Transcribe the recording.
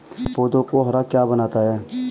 पौधों को हरा क्या बनाता है?